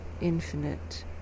infinite